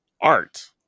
art